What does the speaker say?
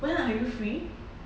when are you free